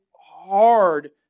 hard